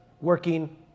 working